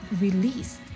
released